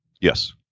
Yes